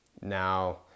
Now